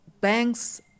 Banks